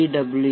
W